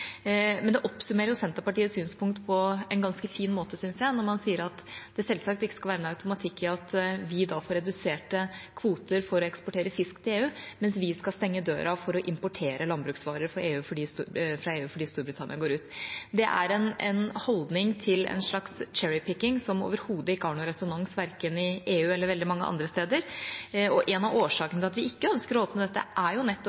Men det oppsummerer jo Senterpartiets synspunkt på en ganske fin måte, syns jeg, når man sier at det selvsagt ikke skal være noen automatikk i at vi da får reduserte kvoter for å eksportere fisk til EU, mens vi skal stenge døra for å importere landbruksvarer fra EU fordi Storbritannia går ut. Det er en holdning til en slags «cherry picking» som overhodet ikke har noen resonans, verken i EU eller veldig mange andre steder. En av årsakene til at vi ikke ønsker å åpne dette, er nettopp